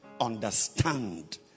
understand